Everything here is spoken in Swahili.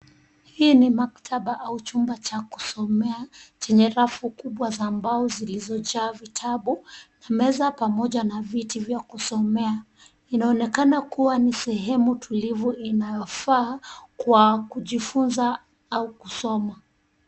Hii ni maktaba au chumba cha kusomea chenye rafu kubwa za mbao zilizojaa vitabu, meza pamoja na viti vya kusomea. Inaoenkana kuwa ni sehemu tulivu inayofaa kwa kujifunza au kusoma.